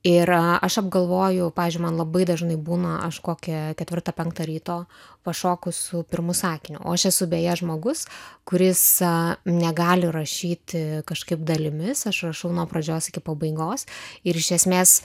ir aš apgalvoju pavyzdžiui man labai dažnai būna aš kokią ketvirtą penktą ryto pašoku su pirmu sakiniu o aš esu beje žmogus kuris negali rašyti kažkaip dalimis aš rašau nuo pradžios iki pabaigos ir iš esmės